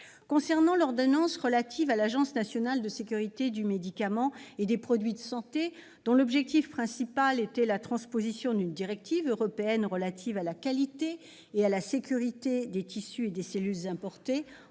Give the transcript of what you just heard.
Concernant l'ordonnance relative à l'Agence nationale de sécurité du médicament et des produits de santé, dont l'objectif principal était la transposition d'une directive européenne relative à la qualité et à la sécurité des tissus et des cellules importés